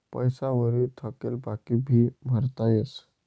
पैसा वरी थकेल बाकी भी भरता येस